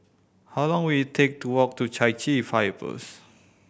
how long will it take to walk to Chai Chee Fire Post